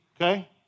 okay